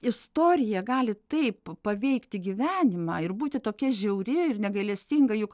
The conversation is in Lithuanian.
istorija gali taip paveikti gyvenimą ir būti tokia žiauri ir negailestinga juk